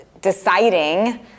deciding